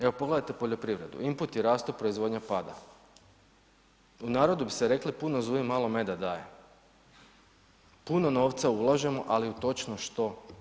Evo, pogledajte poljoprivredu, input je rastu proizvodnja pada, u narodu bi se reklo puno zuji malo meda daje, puno novca ulažemo, ali u točno što?